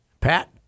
Pat